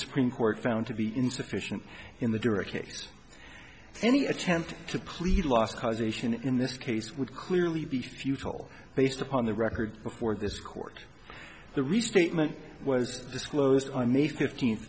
supreme court found to be insufficient in the direct case any attempt to plead last causation in this case would clearly be futile based upon the record before this court the restatement was disclosed on may fifteen